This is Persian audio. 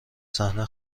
صحنه